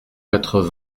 quatre